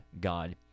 God